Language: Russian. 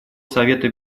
совета